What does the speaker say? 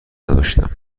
نداشتم